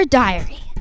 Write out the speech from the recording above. diary